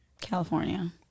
california